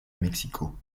mexico